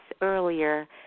earlier